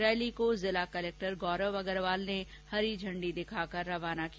rally को जिला collector Gaurav Agrawal ने हरी झंडी दिखाकर रवाना किया